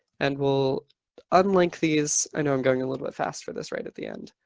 and we'll unlink these, i know i'm going a little bit fast for this right at the end.